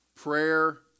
Prayer